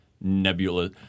nebula